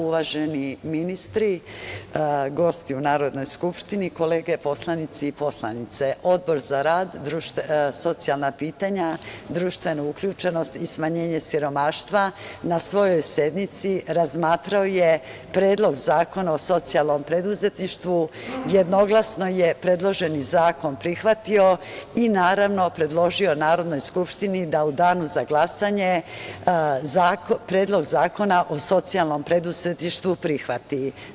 Uvaženi ministri, gosti u Narodnoj skupštini, kolege poslanici i poslanice, Odbor za rad, socijalna pitanja, društvenu uključenost i smanjenje siromaštva na svojoj sednici razmatrao je Predlog zakona o socijalnom preduzetništvu, jednoglasno je predloženi zakon prihvatio i, naravno, predložio Narodnoj skupštini da u danu za glasanje Predlog zakona o socijalnom preduzetništvu prihvati.